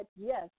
yes